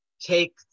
take